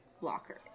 locker